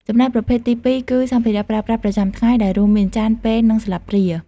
ចំណែកប្រភេទទីពីរគឺ សម្ភារៈប្រើប្រាស់ប្រចាំថ្ងៃ ដែលរួមមាន ចាន ពែង និងស្លាបព្រា។